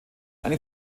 eine